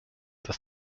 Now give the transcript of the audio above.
does